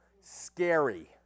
Scary